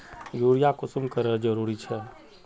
Urea कुंसम करे जरूरी छै?